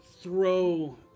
throw